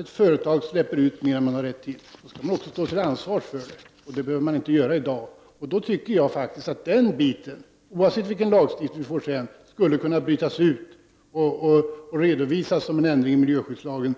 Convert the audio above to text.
ett företag släpper ut mer än det har rätt till, skall företaget ta ansvar för det. Det behöver man inte göra i dag. Då tycker jag faktiskt att den här biten, oavsett vilken lag vi kommer att få, redan nu skulle kunna bytas ut och redovisas som en förändring i miljöskyddslagen.